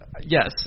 yes